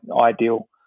ideal